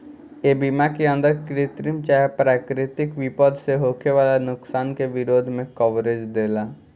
ए बीमा के अंदर कृत्रिम चाहे प्राकृतिक विपद से होखे वाला नुकसान के विरोध में कवरेज देला